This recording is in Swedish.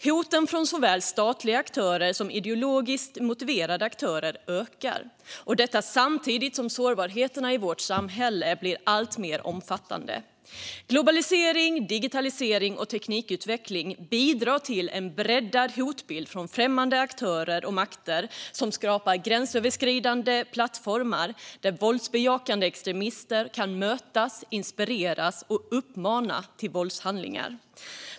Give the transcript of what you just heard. Hoten från såväl statliga aktörer som ideologiskt motiverade aktörer ökar, och detta sker samtidigt som sårbarheterna i vårt samhälle blir alltmer omfattande. Globalisering, digitalisering och teknikutveckling bidrar till en breddad hotbild från främmande aktörer och makter och skapar gränsöverskridande plattformar där våldsbejakande extremister kan mötas, inspireras och uppmana till våldshandlingar.